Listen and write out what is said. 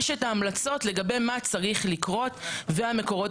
יש את ההמלצות לגבי מה צריך לקרות והמקורות